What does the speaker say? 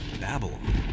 Babylon